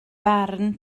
barn